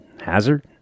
Hazard